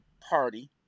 party